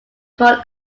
called